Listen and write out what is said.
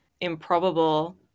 improbable